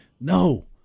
No